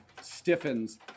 stiffens